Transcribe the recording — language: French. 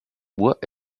bois